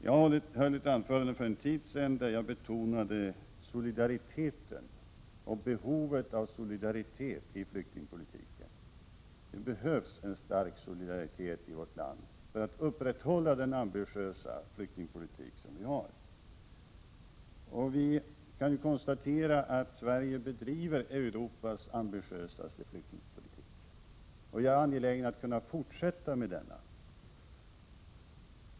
Jag höll ett anförande för en tid sedan där jag betonade solidariteten och behovet av solidaritet i flyktingpolitiken. Det behövs en stark solidaritet i vårt land för att upprätthålla den ambitiösa flyktingpolitik som vi har. Vi kan konstatera att Sverige bedriver Europas mest ambitiösa flyktingpolitik. Jag är angelägen om att kunna fortsätta med denna.